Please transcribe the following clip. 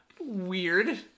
weird